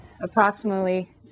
approximately